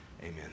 Amen